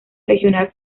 regional